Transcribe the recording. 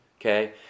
okay